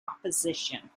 opposition